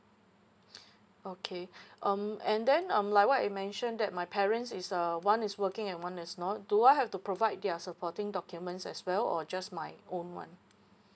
okay um and then um like what you mention that my parents is a one is working and one is not do I have to provide their supporting documents as well or just my own one